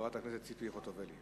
חברת הכנסת ציפי חוטובלי.